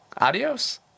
Adios